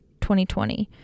2020